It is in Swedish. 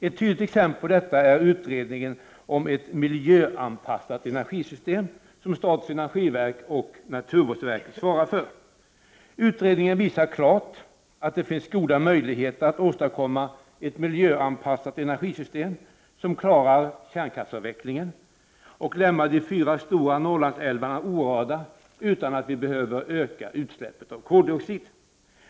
Ett tydligt exempel på detta är utredningen om ett miljöanpassat energisystem som statens energiverk och naturvårdsverket svarar för. Utredningen visar klart att det finns goda möjligheter att åstadkomma ett miljöanpassat energisystem som klarar kärnkraftsavvecklingen och lämnar de fyra stora Norrlandsälvarna orörda utan att vi behöver öka koldioxidutsläppen.